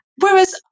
Whereas